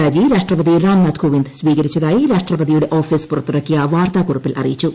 രാജി രാഷ്ട്രപതി രാംനാഥ് കോവിന്ദ് സ്വീകരിച്ചതായി രാഷ്ട്രപതിയുടെ ഓഫീസ് പുറത്തിറക്കിയ വാർത്താക്കുറിപ്പിൽ അറിയിച്ചു